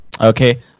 Okay